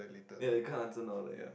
ya you can't answer now right